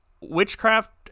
witchcraft